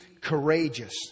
courageous